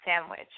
Sandwich